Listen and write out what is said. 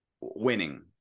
winning